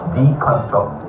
deconstruct